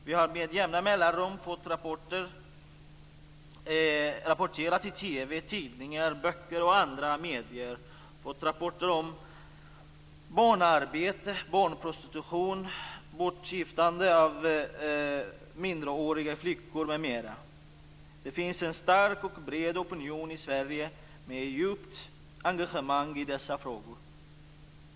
Vi har med jämna mellanrum fått rapporterat i TV, tidningar, böcker och andra medier om barnarbete, barnprostitution, bortgiftande av minderåriga flickor m.m. Det finns en stark och bred opinion i Sverige med ett djupt engagemang i dessa frågor.